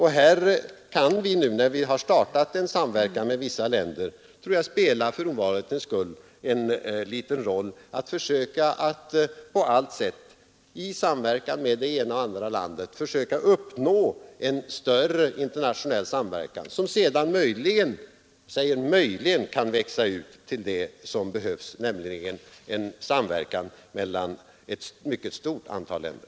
Här kan vi nu, när vi har startat en samverkan med vissa länder, för ovanlighetens skull spela en roll genom att försöka att på allt sätt, i samverkan med det ena och det andra landet, uppnå en större internationell samverkan, som sedan möjligen kan växa ut till det som behövs — en samverkan mellan ett mycket stort antal länder.